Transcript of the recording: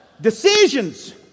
Decisions